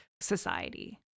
society